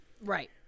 Right